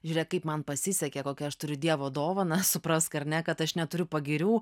žiūrėk kaip man pasisekė kokią aš turiu dievo dovaną suprask ar ne kad aš neturiu pagirių